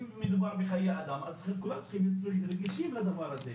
אם מדובר בחיי אדם אז כולנו צריכים להקשיב לדבר הזה,